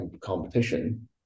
competition